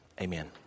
Amen